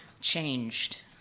Changed